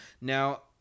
Now